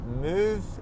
move